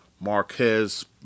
Marquez